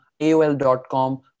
AOL.com